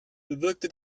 bewirkte